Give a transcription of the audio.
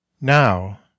now